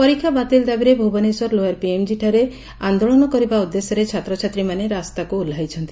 ପରୀକ୍ଷା ବାତିଲ ଦାବିରେ ଭୁବନେଶ୍ୱର ଲୋୟର ପିଏମ୍ ଠାରେ ଆଜି ଆନ୍ଦୋଳନ କରିବା ଉଦ୍ଦେଶ୍ୟରେ ଛାତ୍ରଛାତ୍ରୀମାନେ ରାସ୍ତାକୁ ଓହ୍ଲାଇଛନ୍ତି